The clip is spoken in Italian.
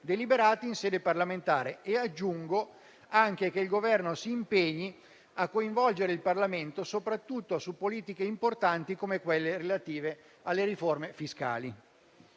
deliberati in sede parlamentare e - aggiungo - che si impegni a coinvolgere il Parlamento, soprattutto su politiche importanti come quelle relative alle riforme fiscali.